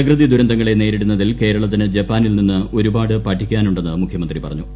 പ്രകൃതിദുരന്തങ്ങളെ നേരിടുന്നതിൽ കേരളത്തിന് ജപ്പാനിൽ നിന്ന് ഒരുപാട് പഠിക്കാനുണ്ടെന്ന് മുഖ്യമന്ത്രി പറഞ്ഞു